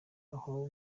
aho